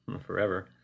forever